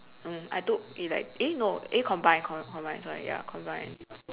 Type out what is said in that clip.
mm I took it like ele~ eh no eh combined combined sorry ya combined